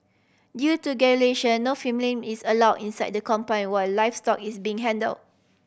due to no filming is allow inside the compound while livestock is being handle